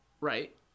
right